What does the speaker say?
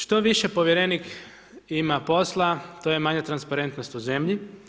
Što više povjerenik ima posla, to je manja transparentnost u zemlji.